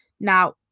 now